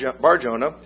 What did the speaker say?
Barjona